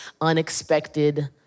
unexpected